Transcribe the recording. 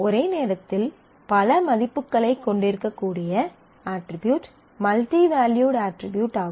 ஒரே நேரத்தில் பல மதிப்புகளைக் கொண்டிருக்கக்கூடிய அட்ரிபியூட் மல்டி வேல்யூட் அட்ரிபியூட் ஆகும்